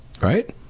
right